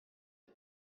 est